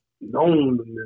known